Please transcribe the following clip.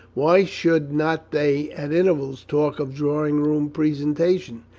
why should not they at intervals talk of drawing-rooms, presentations,